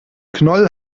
knoll